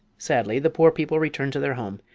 sadly the poor people returned to their home,